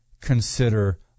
consider